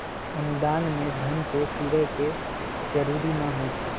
अनुदान में धन के फिरे के जरूरी न होइ छइ